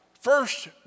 first